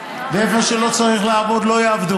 צרכים, כי הרבה אנשים לא רוצים לעבוד, לא רוצים,